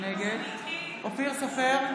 נגד אופיר סופר,